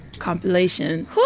Compilation